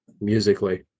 musically